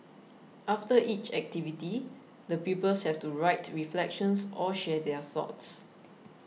after each activity the pupils have to write reflections or share their thoughts